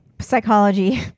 psychology